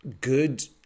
good